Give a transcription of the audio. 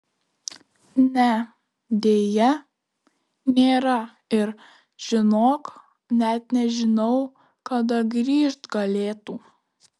ne deja nėra ir žinok net nežinau kada grįžt galėtų